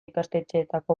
ikastetxeetako